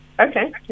Okay